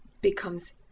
becomes